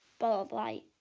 ball of light.